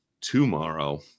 tomorrow